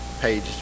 page